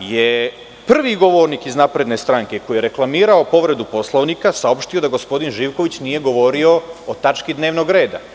je prvi govornik iz Napredne stranke koji je reklamirao povredu Poslovnika saopštio da gospodin Živković nije govorio o tački dnevnog reda.